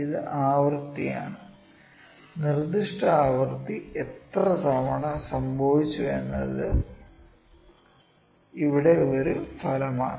ഇത് ആവൃത്തിയാണ് നിർദ്ദിഷ്ട ആവൃത്തി എത്ര തവണ സംഭവിച്ചുവെന്നത് ഇവിടെ ഒരു ഫലമാണ്